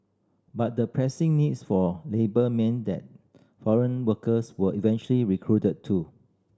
but the pressing needs for labour meant that foreign workers were eventually recruited too